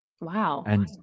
Wow